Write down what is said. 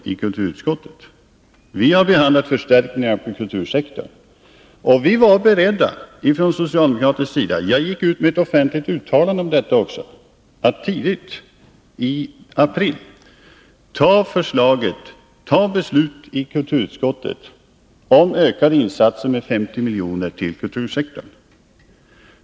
Vi har behandlat frågan om förstärkningar till kultursektorn, Tidigt i april var vi socialdemokrater beredda — jag gick också ut med ett offentligt uttalande — att tillstyrka förslaget, vid behandlingen i kulturutskottet, om ökade insatser med 50 milj.kr. till kultursektorn.